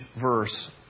verse